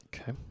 Okay